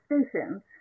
stations